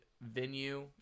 venue